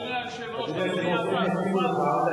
אדוני היושב-ראש,